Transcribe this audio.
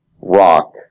rock